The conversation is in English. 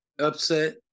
upset